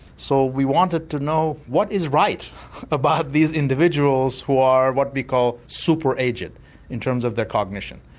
so we wanted to know what is right about these individuals who are what we call super-aged in terms of their cognition.